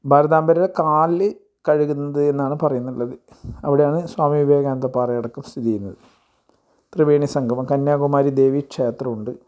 ഭാരതാമ്പരെടെ കാൽല് കഴുകുന്നത് എന്നാണ് പറയുന്നുള്ളത് അവിടാണ് സ്വാമി വിവേകാനന്ദ പാറയടക്കം സ്ഥിതി ചെയ്യുന്നത് ത്രിവേണി സങ്കമം കന്യാകുമാരീ ദേവി ക്ഷേത്രമുണ്ട്